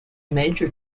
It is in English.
major